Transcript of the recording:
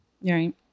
right